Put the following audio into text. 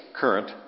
current